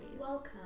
Welcome